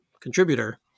contributor